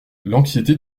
l’anxiété